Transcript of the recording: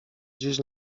dziś